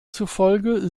zufolge